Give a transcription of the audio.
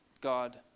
god